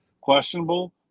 questionable